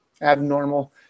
abnormal